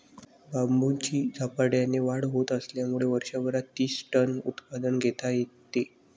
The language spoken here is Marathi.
बांबूची झपाट्याने वाढ होत असल्यामुळे वर्षभरात तीस टन उत्पादन घेता येते